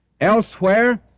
Elsewhere